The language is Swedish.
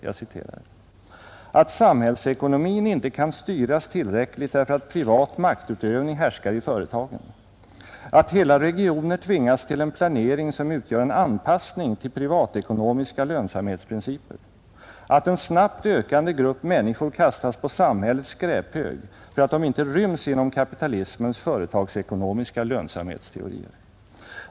Det heter där bl.a. följande: ”att samhällsekonomin inte kan styras tillräckligt därför att privat maktutövning härskar i företagen, att hela regioner tvingas till en planering som utgör en anpassning till privatekonomiska lönsamhetsprinciper, att en snabbt ökande grupp människor kastas på samhällets skräphög för att de inte ryms inom kapitalismens företagsekonomiska lönsamhetsteorier”.